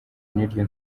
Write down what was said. n’iryo